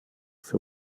für